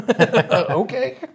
Okay